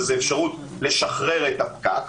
וזו אפשרות לשחרר את הפקק.